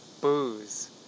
booze